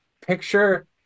picture